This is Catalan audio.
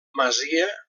masia